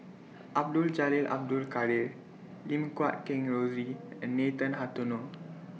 Abdul Jalil Abdul Kadir Lim Guat Kheng Rosie and Nathan Hartono